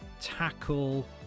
tackle